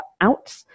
out